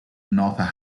nota